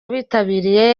bitabiriye